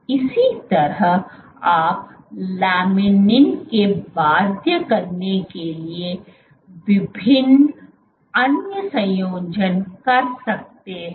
इसी तरह आप लेमिनिन से बाध्य करने के लिए विभिन्न अन्य संयोजन कर सकते हैं